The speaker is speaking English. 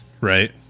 Right